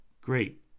great